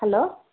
hello